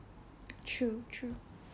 true true